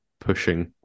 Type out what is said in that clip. pushing